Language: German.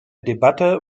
debatte